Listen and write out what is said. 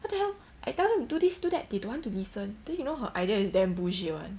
what the hell I tell you do this do that they don't want to listen then you know her idea it's damn bullshit [one]